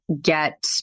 get